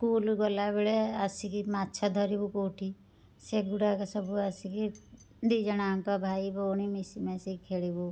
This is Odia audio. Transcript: ସ୍କୁଲ ଗଲାବେଳେ ଆସିକି ମାଛ ଧରିବୁ କେଉଁଠି ସେଗୁଡ଼ାକ ସବୁ ଆସିକି ଦୁଇଜଣ ଯାକ ଭାଇ ଭଉଣୀ ମିଶିମାଶି ଖେଳିବୁ